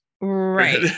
Right